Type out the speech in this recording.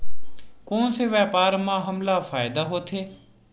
कोन से व्यापार म हमला फ़ायदा होथे?